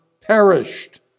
perished